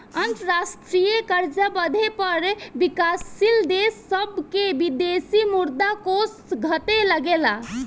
अंतरराष्ट्रीय कर्जा बढ़े पर विकाशील देश सभ के विदेशी मुद्रा कोष घटे लगेला